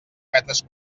metres